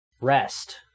rest